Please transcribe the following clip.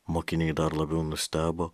mokiniai dar labiau nustebo